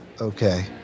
okay